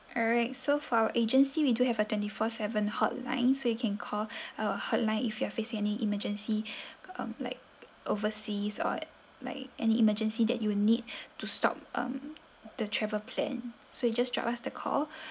alright so for our agency we do have a twenty four seven hotline so you can call our hotline if you are facing any emergency um like overseas or like any emergency that you will need to stop um the travel plan so you just drop us the call